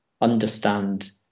understand